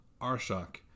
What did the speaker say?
Arshak